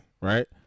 right